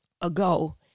ago